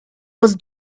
was